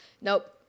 Nope